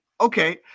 okay